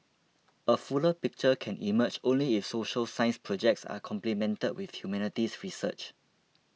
a fuller picture can emerge only if social science projects are complemented with humanities research